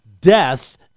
death